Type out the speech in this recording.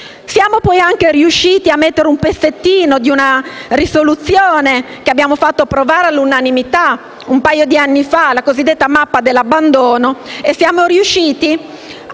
Siamo anche riusciti a inserire un pezzettino di una risoluzione che abbiamo fatto approvare all'unanimità un paio di anni fa: la cosiddetta mappa dell'abbandono. Nel testo infatti